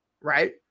right